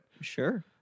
sure